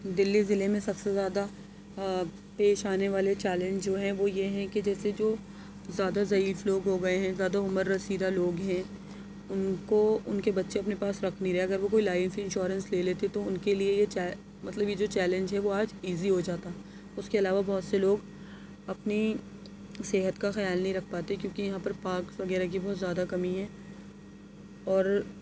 دلی ضلعے میں سب سے زیادہ پیش آنے والے چیلنج جو ہیں وہ یہ ہیں کہ جیسے جو زیادہ ضعیف لوگ ہو گئے ہیں زیادہ عمر رسیدہ لوگ ہیں ان کو ان کے بچے اپنے پاس رکھ نہیں رہے اگر وہ کوئی لائف انشورنس لے لیتے تو ان کے لیے یہ چے مطلب یہ جو چیلنج ہے وہ آج ایزی ہو جاتا اس کے علاوہ بہت سے لوگ اپنی صحت کا خیال نہیں رکھ پاتے کیونکہ یہاں پر پارک وغیرہ کی بہت زیادہ کمی ہے اور